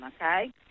okay